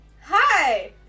Hi